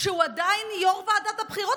כשהוא עדיין יו"ר ועדת הבחירות.